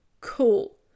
cool